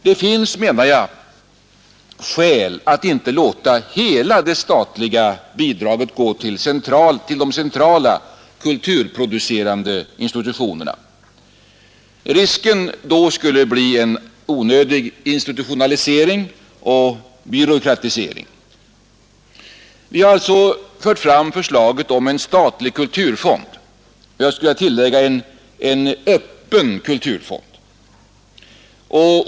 Det finns, anser jag, skäl att inte låta hela det statliga bidraget gå till de centrala kulturproducerande institutionerna. Risken skulle annars bli en onödig institutionalisering och byråkratisering. Vi har alltså fört fram förslaget om en statlig kulturfond — jag skulle vilja tillägga: en öppen kulturfond.